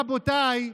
רבותיי,